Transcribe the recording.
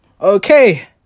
okay